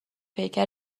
پیکر